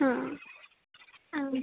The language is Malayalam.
അത് ആവും